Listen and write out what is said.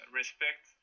respect